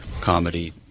comedy